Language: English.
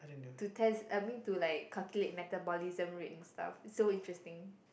to test I mean to like calculate metabolism rates and stuff it's so interesting